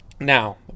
Now